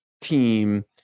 team